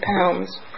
pounds